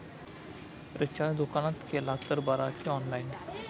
Recharge दुकानात केला तर बरा की ऑनलाइन?